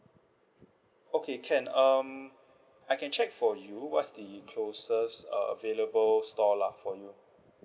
okay can um I can check for you what's the closest uh available store lah for you